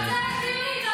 לא צריך דיונים.